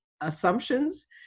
assumptions